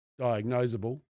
diagnosable